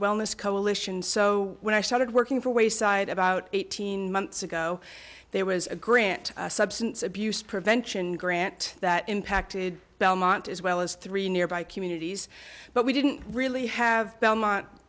wellness coalition so when i started working for wayside about eighteen months ago there was a grant substance abuse prevention grant that impacted belmont as well as three nearby communities but we didn't really have belmont